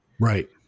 Right